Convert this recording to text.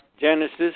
Genesis